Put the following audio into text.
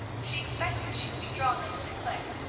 she expected she would be drawn into the clique.